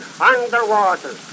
underwater